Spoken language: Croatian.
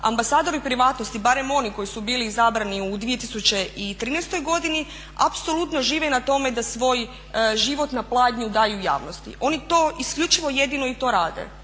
ambasadori privatnosti barem oni koji su bili izabrani u 2013. godini apsolutno žive na tome da svoj život na pladnju daju javnosti, oni to isključivo i jedino i to rade,